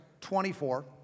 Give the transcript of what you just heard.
24